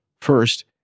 First